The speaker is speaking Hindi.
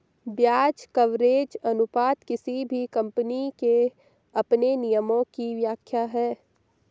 ब्याज कवरेज अनुपात किसी भी कम्पनी के अपने नियमों की व्याख्या है